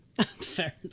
Fair